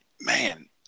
man